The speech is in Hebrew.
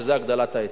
שזה הגדלת ההיצע.